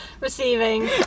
Receiving